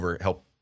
help